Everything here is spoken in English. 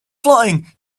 flying